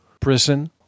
prison